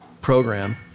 program